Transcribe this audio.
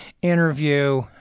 interview